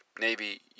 Navy